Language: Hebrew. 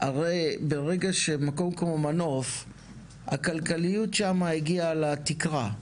הרי ברגע שמקום כמו מנוף הכלכליות שם הגיע לתקרה,